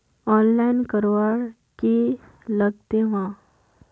Online करवार की लगते वा?